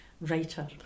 writer